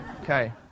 Okay